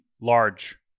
large